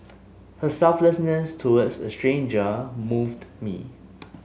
her selflessness towards a stranger moved me